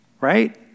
Right